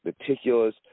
Meticulous